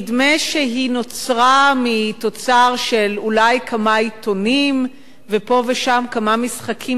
נדמה שהיא נוצרה מתוצר של אולי כמה עיתונים ופה ושם כמה משחקים